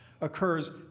occurs